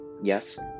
Yes